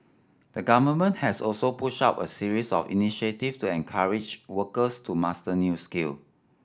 the Government has also pushed out a series of initiative to encourage workers to master new skill